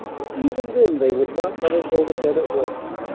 and even then they would not let her go to bed at once.